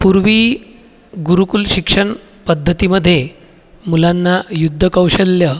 पूर्वी गुरुकुल शिक्षण पद्धतीमध्ये मुलांना युद्धकौशल्य